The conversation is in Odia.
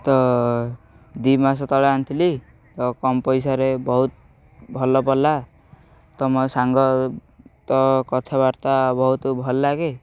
ତ ଦୁଇ ମାସ ତଳେ ଆଣିଥିଲି ତ କମ୍ ପଇସାରେ ବହୁତ ଭଲ ପଡ଼ିଲା ତ ମୋ ସାଙ୍ଗ ତ କଥାବାର୍ତ୍ତା ବହୁତ ଭଲ ଲାଗେ